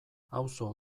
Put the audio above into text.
auzo